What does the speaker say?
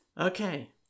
Okay